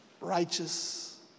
righteous